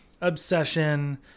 obsession